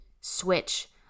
switch